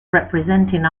representing